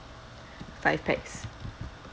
five pax